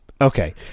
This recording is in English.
Okay